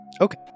Okay